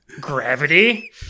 Gravity